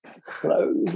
Close